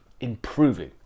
improving